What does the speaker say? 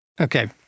Okay